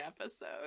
episode